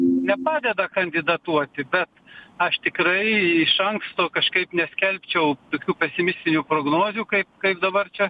nepadeda kandidatuoti bet aš tikrai iš anksto kažkaip neskelbčiau tokių pesimistinių prognozių kaip dabar čia